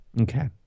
okay